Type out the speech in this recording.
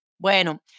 Bueno